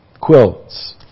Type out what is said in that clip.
quilts